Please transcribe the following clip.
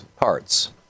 parts